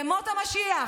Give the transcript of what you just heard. ימות המשיח.